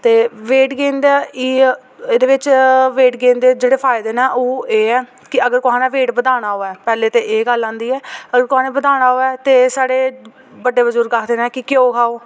ते weight gain दा एह् ऐ एह्दे बिच वेट गेन दे जेह्ड़े फायदे न ओह् एह् ऐ की अगर कोहे ने वेट बधाना होऐ पैह्लें ते एह् गल्ल आंदी ऐ अगर कोहे ने बधाना होऐ साढ़े बड्डे बुजुर्ग आखदे न कि घ्योऽ खाओ